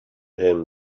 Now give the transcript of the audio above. him